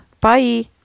Bye